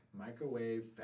Microwave